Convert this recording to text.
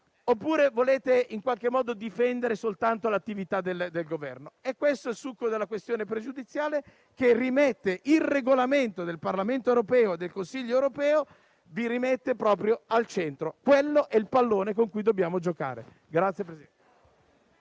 oppure volete in qualche modo difendere soltanto l'attività del Governo? È questo il succo della questione pregiudiziale che rimette il Regolamento del Parlamento europeo e del Consiglio europeo proprio al centro: quello è il pallone con cui dobbiamo giocare.